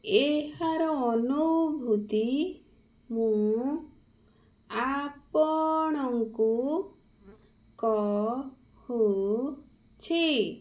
ଏହାର ଅନୁଭୂତି ମୁଁ ଆପଣଙ୍କୁ କହୁଛି